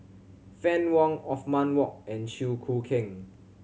Fann Wong Othman Wok and Chew Choo Keng